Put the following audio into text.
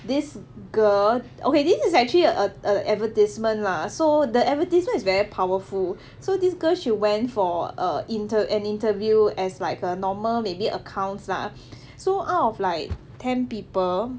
this girl okay this is actually a a advertisement lah so the advertisement is very powerful so this girl she went for a inter~ an interview as like a normal maybe accounts so out of like ten people